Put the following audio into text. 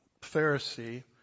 Pharisee